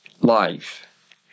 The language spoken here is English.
life